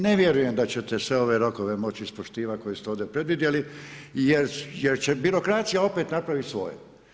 Ne vjerujem da ćete sve ove rokove moći ispoštivati koje ste ovdje predvidjeli, jer će birokracija opet napraviti svoje.